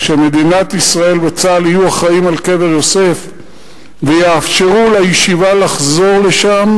שמדינת ישראל וצה"ל יהיו אחראים על קבר יוסף ויאפשרו לישיבה לחזור לשם,